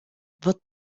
wird